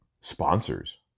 sponsors